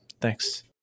Thanks